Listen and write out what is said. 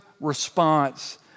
response